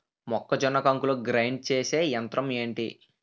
మొక్కజొన్న కంకులు గ్రైండ్ చేసే యంత్రం ఏంటి?